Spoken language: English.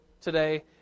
today